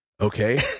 Okay